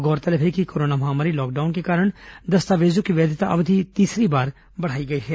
गौरतलब है कि कोरोना महामारी लॉकडाउन के कारण दस्तावेजों की वैधता अवधि तीसरी बार बढ़ाई गई है